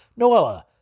Noella